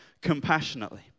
compassionately